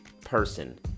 person